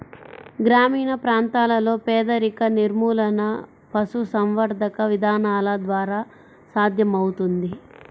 గ్రామీణ ప్రాంతాలలో పేదరిక నిర్మూలన పశుసంవర్ధక విధానాల ద్వారా సాధ్యమవుతుంది